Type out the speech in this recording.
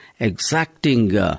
exacting